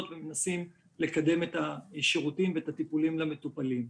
ומנסים לקדם את השירותים ואת הטיפולים למטופלים.